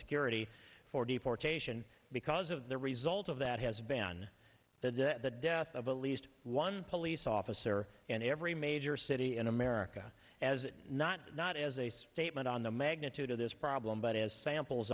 security for deportation because of the result of that has been on the day that the death of at least one police officer in every major city in america as not not as a statement on the magnitude of this problem but as samples